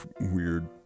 weird